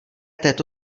této